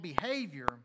behavior